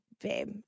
Babe